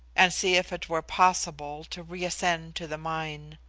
and see if it were possible to reascend to the mine.